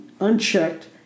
unchecked